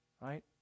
right